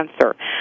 cancer